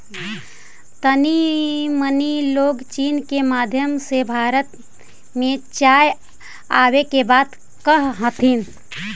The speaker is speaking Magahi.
तानी मनी लोग चीन के माध्यम से भारत में चाय आबे के बात कह हथिन